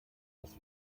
was